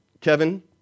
Kevin